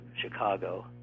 Chicago